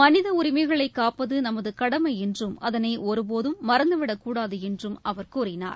மனித உரிமைகளை காப்பது நமது கடமை என்றும் அதனை ஒருபோதும் மறந்துவிடக்கூடாது என்றும் அவர் கூறினார்